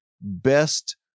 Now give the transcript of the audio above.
best